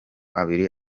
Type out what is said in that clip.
abiri